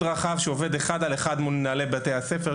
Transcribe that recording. שעובד אחד על אחד מול מנהלי בתי הספר,